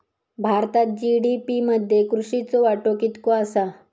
भारतात जी.डी.पी मध्ये कृषीचो वाटो कितको आसा?